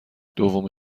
دومین